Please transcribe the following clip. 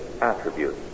attribute